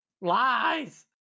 Lies